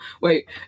wait